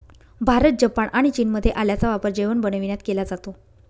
Bharat, Japan आणि चीनमध्ये आल्याचा वापर जेवण बनविण्यात केला जातो